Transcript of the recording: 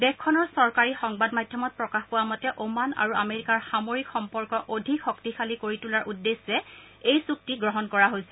দেশখনৰ চৰকাৰী সংবাদ মাধ্যমত প্ৰকাশ পোৱা মতে অমান আৰু আমেৰিকাৰ সামৰিক সম্পৰ্ক অধিক শক্তিশালী কৰি তোলাৰ উদ্দেশ্য এই চুক্তি গ্ৰহণ কৰা হৈছে